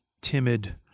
timid